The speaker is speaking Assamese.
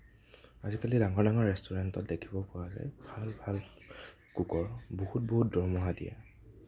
আজিকালি ডাঙৰ ডাঙৰ ৰেষ্টুৰেণ্টত দেখিব পোৱা যায় ভাল ভাল কুকৰ বহুত বহুত দৰমহা দিয়ে